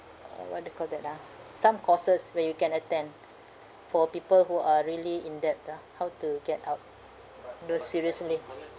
uh what you call that ah some courses where you can attend for people who are really in debt ah how to get out those seriously